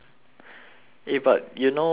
eh but you know right